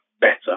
better